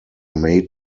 made